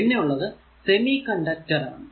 പിന്നെ ഉള്ളത് semiconductor ആണ്